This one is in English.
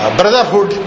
brotherhood